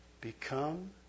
Become